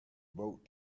boat